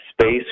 space